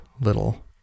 little